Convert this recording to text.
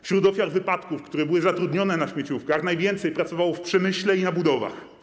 Wśród ofiar wypadków, które były zatrudnione na śmieciówkach, najwięcej pracowało w przemyśle i na budowach.